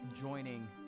joining